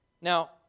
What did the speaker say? Now